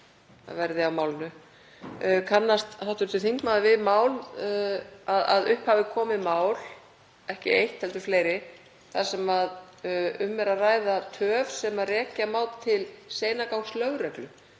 um, verði á málinu. Kannast hv. þingmaður við að upp hafi komið mál, ekki eitt heldur fleiri, þar sem um er að ræða töf sem rekja má til seinagangs lögreglu